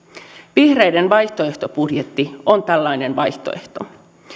vihreiden vaihtoehtobudjetti on tällainen vaihtoehto